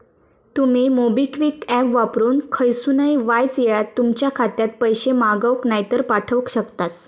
तुमी MobiKwik app वापरून खयसूनय वायच येळात तुमच्या खात्यात पैशे मागवक नायतर पाठवक शकतास